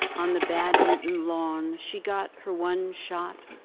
on the badminton lawn, she got her one shot,